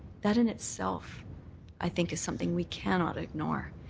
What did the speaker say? that in itself i think is something we cannot ignore.